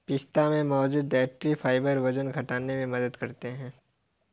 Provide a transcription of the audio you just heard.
पिस्ता में मौजूद डायट्री फाइबर वजन घटाने में मदद करते है